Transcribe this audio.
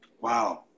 wow